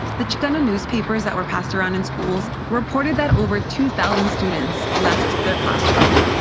the chicano newspapers that were passed around in schools reported that over two thousand students left their classrooms.